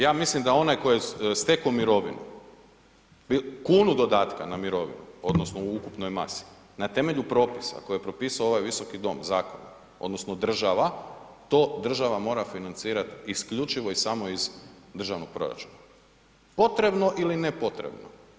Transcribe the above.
Ja mislim da onaj ko je steko mirovinu, kunu dodatka na mirovinu odnosno u ukupnoj masi na temelju propisa koje je propisao ovaj visoki dom, zakon odnosno država to država mora financirat isključivo i samo iz državnog proračuna, potrebno ili ne potrebno.